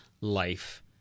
life